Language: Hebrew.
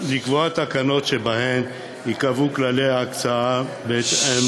לקבוע תקנות שבהן ייקבעו כללי ההקצאה בהתאם